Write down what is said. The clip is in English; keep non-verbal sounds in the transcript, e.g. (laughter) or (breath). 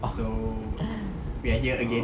oh (breath)